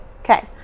Okay